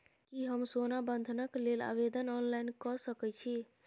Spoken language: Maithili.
की हम सोना बंधन कऽ लेल आवेदन ऑनलाइन कऽ सकै छी?